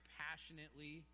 passionately